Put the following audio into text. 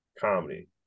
comedy